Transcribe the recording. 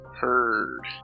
Heard